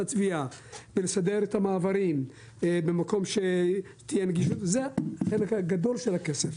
הצביעה ולסדר את המעברים במקום שתהיה בו נגישות זה חלק גדול של הכסף.